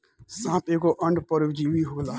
साप एगो अंड परजीवी होले